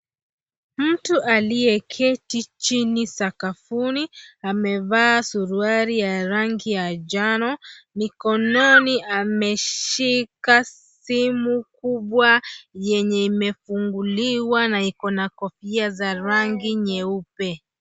Mtu aliyeketi chini sakafuni amevaa suruali ya rangi ya njano. Mikononi ameshika simu kubwa yenye imefunguliwa na iko na kofia za rangi nyeupe.